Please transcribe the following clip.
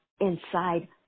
inside